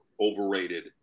overrated